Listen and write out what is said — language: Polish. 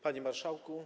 Panie Marszałku!